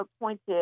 appointed